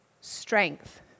strength